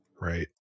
Right